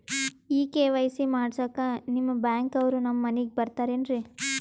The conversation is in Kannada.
ಈ ಕೆ.ವೈ.ಸಿ ಮಾಡಸಕ್ಕ ನಿಮ ಬ್ಯಾಂಕ ಅವ್ರು ನಮ್ ಮನಿಗ ಬರತಾರೆನ್ರಿ?